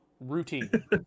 routine